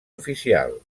oficial